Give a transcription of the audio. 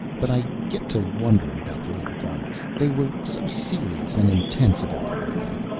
but i get to wondering about the little guys. they were so serious and intense about everything.